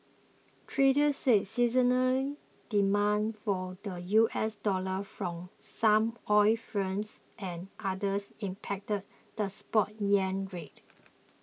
traders said seasonal demand for the U S dollar from some oil firms and others impacted the spot yuan rate